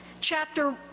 Chapter